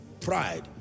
Pride